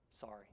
Sorry